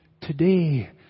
today